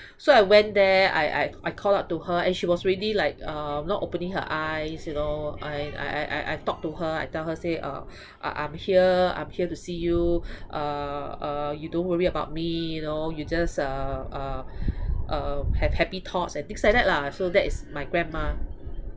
so I went there I I I called out to her and she was already like uh not opening her eyes you know and I I I talk to her I tell her say uh I I'm here I'm here to see you uh uh you don't worry about me you know you just uh uh uh have happy thoughts and things like that lah so that is my grandma